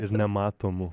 ir nematomų